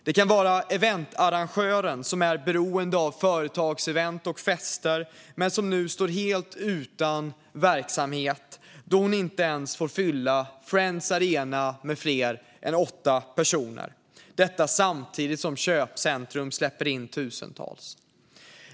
Det kan vara eventarrangören som är beroende av företagsevent och fester men som nu står helt utan verksamhet då hon inte ens på Friends Arena får släppa in fler än åtta personer. Detta samtidigt som köpcentrum släpper in tusentals.